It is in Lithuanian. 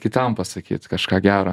kitam pasakyt kažką gero